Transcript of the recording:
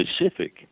specific